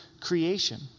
creation